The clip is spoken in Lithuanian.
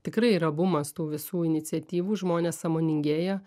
tikrai yra bumas tų visų iniciatyvų žmonės sąmoningėja